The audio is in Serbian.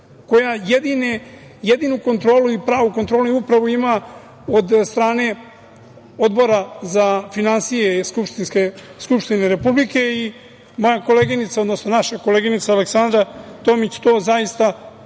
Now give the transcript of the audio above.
koja jedinu kontrolu i pravu kontrolu upravo ima od strane Odbora za finansije Skupštine republike. Moja koleginica, odnosno naša koleginica Aleksandra Tomić to zaista